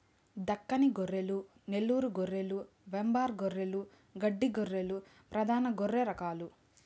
దక్కని గొర్రెలు, నెల్లూరు గొర్రెలు, వెంబార్ గొర్రెలు, గడ్డి గొర్రెలు ప్రధాన గొర్రె రకాలు